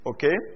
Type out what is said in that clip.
Okay